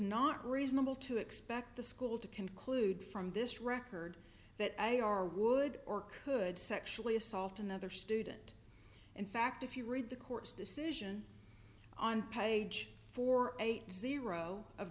not reasonable to expect the school to conclude from this record that a are would or could sexually assault another student in fact if you read the court's decision on page four eight zero of